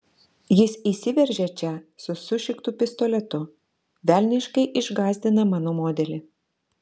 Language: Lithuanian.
jis įsiveržia čia su sušiktu pistoletu velniškai išgąsdina mano modelį